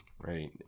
right